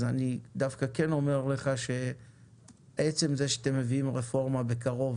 אז אני דווקא כן אומר לך שעצם זה שאתם מביאים רפורמה בקרוב